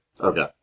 Okay